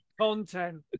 Content